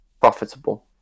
Profitable